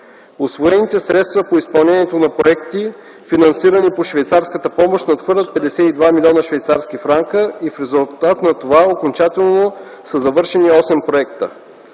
Усвоените средства по изпълнение на проекти, финансирани по швейцарската помощ, надхвърлят 52 млн. швейцарски франка и в резултат на това окончателно са завършени осем проекта.